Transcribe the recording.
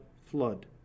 Flood